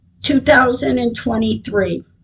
2023